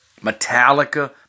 Metallica